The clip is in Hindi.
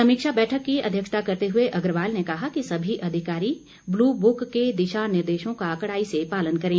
समीक्षा बैठक की अध्यक्षता करते हुए अग्रवाल ने कहा कि सभी अधिकारी ब्लू बुक के दिशा निर्देशों का कड़ाई से पालन करें